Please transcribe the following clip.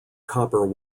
copper